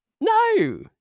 No